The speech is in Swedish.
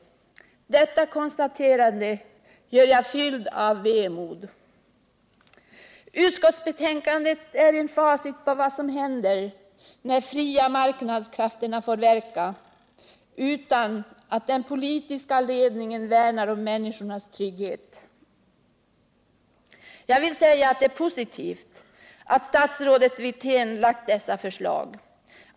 Detta konstaterande gör jag fylld av vemod. Utskottsbetänkandet är ett facit på vad som händer när de fria marknadskrafterna får verka utan att den politiska ledningen värnar om människornas trygghet. Jag vill säga att det är positivt att statsrådet Wirtén lagt fram detta förslag.